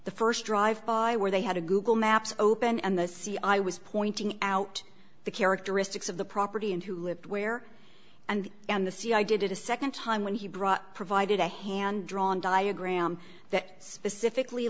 the st drive by where they had a google maps open and the see i was pointing out the characteristics of the property and who lived where and and the c i did it a nd time when he brought provided a hand drawn diagram that specifically